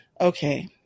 Okay